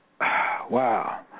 Wow